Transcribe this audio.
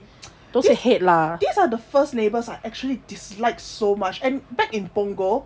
these are the first neighbours I actually dislike so much and back in punggol